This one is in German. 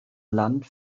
land